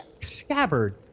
scabbard